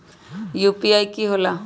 UPI कि होला?